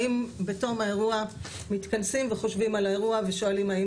האם בתום האירוע מתכנסים וחושבים על האירוע ושואלים האם